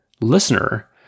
listener